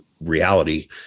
reality